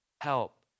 help